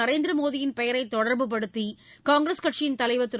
நரேந்திர மோடியின் பெயரை தொடர்புபடுத்தி காங்கிரஸ் கட்சியின் தலைவர் திரு